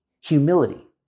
humility